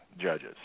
judges